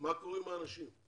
מה קורה עם האנשם?